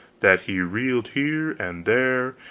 that he reeled here and there,